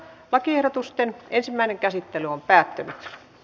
lakiehdotusten ensimmäinen käsittely päättyi